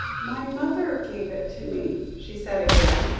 my mother gave it to me, she said again,